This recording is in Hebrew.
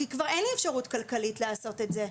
כי כבר אין לי אפשרות כלכלית לעשות את זה.